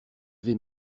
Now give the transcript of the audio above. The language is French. vais